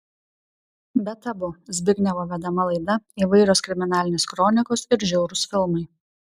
be tabu zbignevo vedama laida įvairios kriminalinės kronikos ir žiaurūs filmai